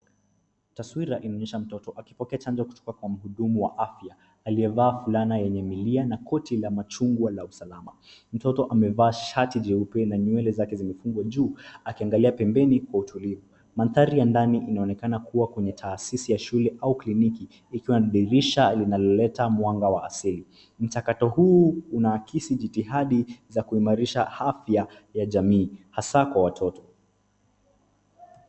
Taswira inaonyesha mtoto akipokea chanjo kutoka kwa mhudumu wa afya aliyevaa fulana yenye milia na koti la machungwa la usalama. Mtoto amevaa shati jeupe na nywele zake zimefungwa juu akiangalia pembeni kwa utulivu. Mandhari ya ndani inaonekana kuwa kwenye taasisi ya shule au kliniki ikiwa na dirisha linaloleta mwanga wa asili. Mchakato huu unaakisi jitihadi za kuimarisha afya ya jamii hasa kwa watoto.